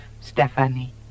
Stephanie